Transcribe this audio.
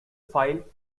file